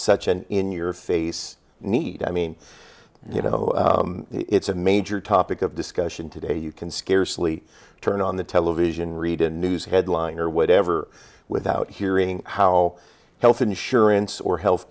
such an in your face need i mean you know it's a major topic of discussion today you can scarcely turn on the television read a news headline or whatever without hearing how health insurance or health